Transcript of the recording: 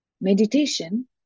Meditation